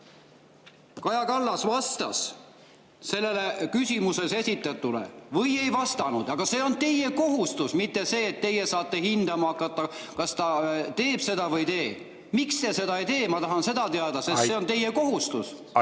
Kaja Kallas vastas sellele küsimuses esitatule või ei vastanud? See on teie kohustus. Mitte see, et teie saate hindama hakata, kas ta teeb seda või ei tee. Miks te seda ei tee, ma tahan seda teada. See on teie kohustus.